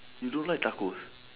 you don't like tacos